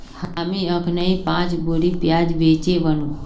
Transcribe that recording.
हामी अखनइ पांच बोरी प्याज बेचे व नु